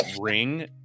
ring